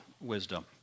wisdom